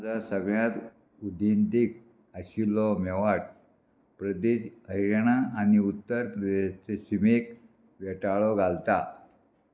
सगळ्यांत उदेंतीक आशिल्लो मेवाड प्रदेश हरयाणा आनी उत्तर प्रदेशाचे शिमेक वेटाळो घालता